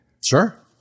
sure